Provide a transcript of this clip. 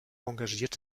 engagiert